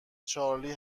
چارلی